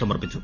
സമർപ്പിച്ചു